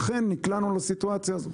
לכן נקלענו לסיטואציה.